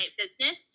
business